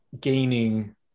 gaining